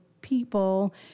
people